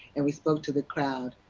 and we spoke to the crowd.